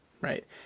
Right